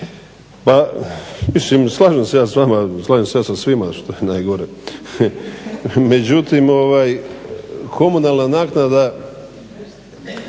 Pa mislim, slažem se ja s vama, slažem se ja sa svima što je najgore, međutim komunalna naknada